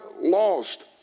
lost